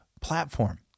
platform